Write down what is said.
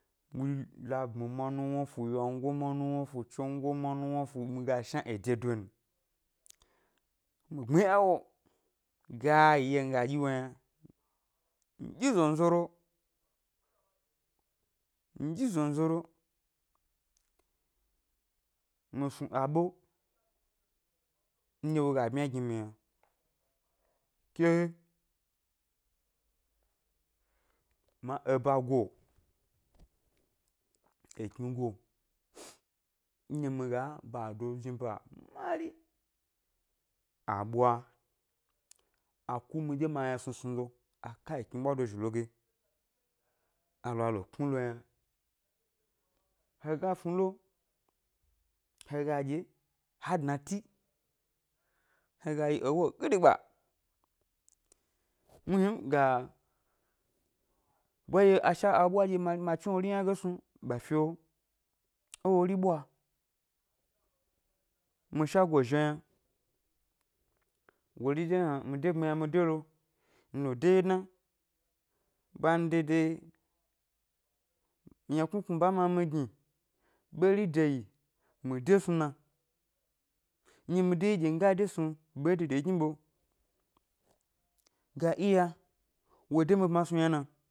Muhni labmi ma nuwna fu, ywango ma nuwna fu tsongo ma nuwna fu mi ga shna ede don, mi gbmi yawo gayi nɗye nga dyi wo yna nɗyi zonzoro, nɗyi zonzoro mi snu aɓe nɗye wo ga bmya gi mi yna, ke ma eba go ekni go nɗye mi ga bado jni ba mari a ɓwa a ku miɗye mi aynasnusnu lo aka ekni ɓwadozhi lo ge a lo a lo knu lo yna, he ga snu lo he ga ɗye ha dna ti he ga yi ewo gidigba, muhni m ga ɓwaye asha aɓwa nde ma ma chni wori yna ge snu ɓa fio é wori ɓwa mi shago è zhio yna wori dé hna mi dé gbmiya mi dé lo mi lo dé ʻwye dna bande de ynaknuknu ʻba ma mi gni ɓeri de yi mi de snu na nɗye mi dé ʻwyeɗye nga dé snu be é dede gni ɓe ga iya wo dé mi bmasnu yna na